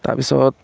তাৰপিছত